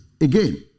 again